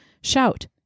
Shout